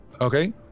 Okay